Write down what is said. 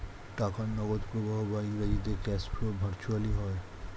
টাকার নগদ প্রবাহ বা ইংরেজিতে ক্যাশ ফ্লো ভার্চুয়ালি হয়